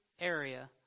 area